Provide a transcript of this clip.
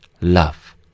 love